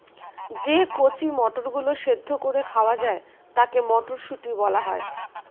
যে কচি মটরগুলো সেদ্ধ করে খাওয়া যায় তাকে মটরশুঁটি বলা হয়